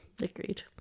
Agreed